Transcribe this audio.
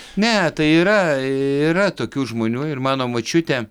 ne tai yra yra tokių žmonių ir mano močiutė